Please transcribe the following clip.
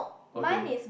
okay